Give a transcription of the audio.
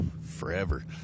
forever